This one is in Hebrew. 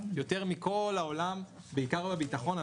יותר גבוהים מכל העולם, בעיקר בביטחון.